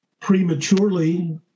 prematurely